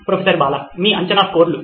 professor Bala మీ అంచనా స్కోర్లు